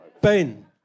Ben